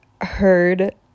heard